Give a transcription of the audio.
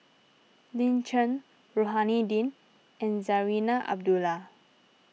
Lin Chen Rohani Din and Zarinah Abdullah